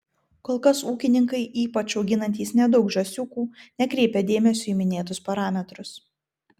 kol kas ūkininkai ypač auginantys nedaug žąsiukų nekreipia dėmesio į minėtus parametrus